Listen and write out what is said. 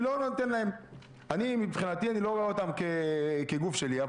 אני מבחינתי אני לא רואה אותם כגוף שלי,